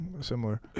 similar